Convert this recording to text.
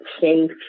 safe